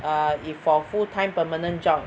err if for full time permanent jobs